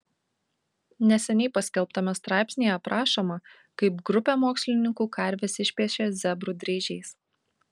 neseniai paskelbtame straipsnyje aprašoma kaip grupė mokslininkų karves išpiešė zebrų dryžiais